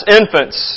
infants